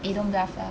eh don't bluff lah